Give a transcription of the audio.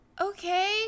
okay